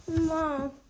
mom